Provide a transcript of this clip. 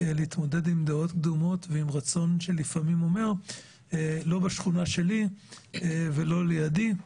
להתמודד עם דעות קדומות ועם אמירות כמו "לא בשכונה שלי" ו-"לא לידי",